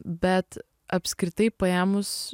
bet apskritai paėmus